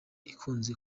ikunze